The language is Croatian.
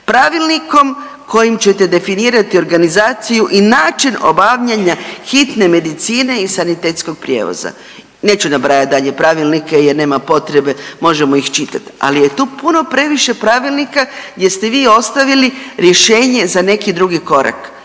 pravilnikom kojim ćete definirati organizaciju i način obavljanja hitne medicine i sanitetskog prijevoza. Neću nabrajati dalje pravilnike jer nema potrebe, možemo ih čitati, ali je tu puno previše pravilnika gdje ste vi ostavili rješenje za neki drugi korak.